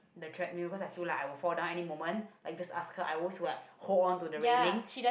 the treadmill cause I feel like I will fall down any moment like just ask her I will always like hold on to the railings